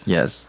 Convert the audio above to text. Yes